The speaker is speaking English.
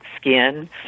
skin